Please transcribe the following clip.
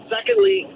Secondly